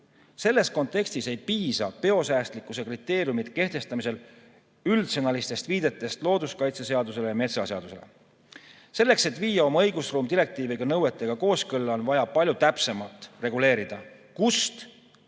Selles kontekstis ei piisa biosäästlikkuse kriteeriumide kehtestamisel üldsõnalistest viidetest looduskaitseseadusele ja metsaseadusele. Selleks et viia oma õigusruum direktiivi nõuetega kooskõlla, on vaja palju täpsemalt reguleerida, kust ja